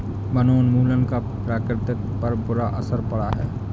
वनोन्मूलन का प्रकृति पर बुरा असर पड़ता है